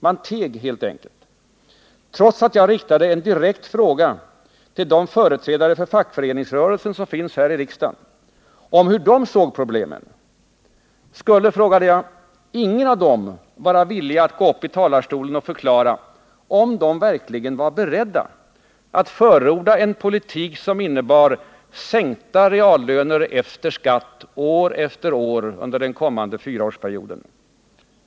Man teg helt enkelt, trots att jag riktade en direkt fråga till de företrädare för fackföreningsrörelsen som finns här i riksdagen om hur de såg på problemen. Skulle — frågade jag — ingen av dem vara villig att gå upp i talarstolen och förklara, att de var beredda att förorda en politik, som innebar sänkta reallöner efter skatt år efter år under den kommande fyraårsperioden?